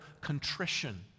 contrition